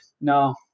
No